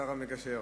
השר המגשר.